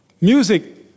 music